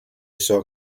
saw